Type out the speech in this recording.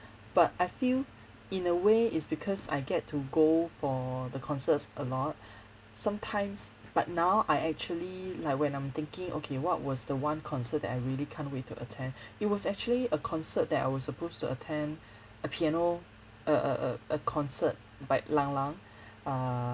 but I feel in a way is because I get to go for the concerts a lot sometimes but now I actually like when I'm thinking okay what was the one concert that I really can't wait to attend it was actually a concert that I was supposed to attend a piano a a a a concert by lang lang err